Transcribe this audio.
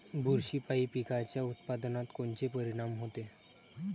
बुरशीपायी पिकाच्या उत्पादनात कोनचे परीनाम होते?